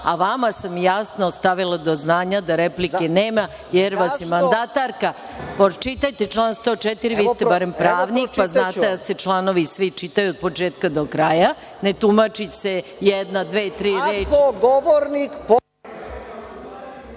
a vama sam jasno stavila do znanja da replike nema, jer vas je mandatarka…Pročitajte član 104, vi ste barem pravnik pa znate da se članovi, svi, čitaju od početka do kraja. Ne tumači se jedna, dve tri reči.